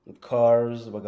cars